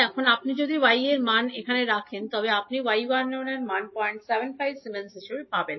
এখন আপনি যদি y এর মান এখানে রাখেন তবে আপনি y 11 এর মান 075 সিমেন্স হিসাবে পাবেন